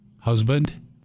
Husband